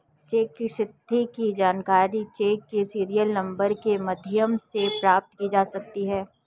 check की स्थिति की जानकारी चेक के सीरियल नंबर के माध्यम से प्राप्त की जा सकती है